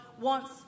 wants